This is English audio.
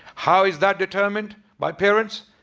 how is that determined? by parents,